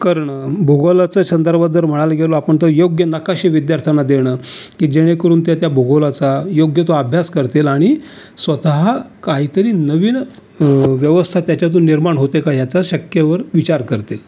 करणं भूगोलाचा संदर्भात जर म्हणायला गेलो आपण तर योग्य नकाशे विद्यार्थ्यांना देणं की जेणेकरून ते त्या भूगोलाचा योग्य तो अभ्यास करतील आणि स्वतः काहीतरी नवीन व्यवस्था त्याच्यातून निर्माण होते का याचा शक्यतेवर विचार करतील